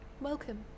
Welcome